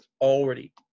already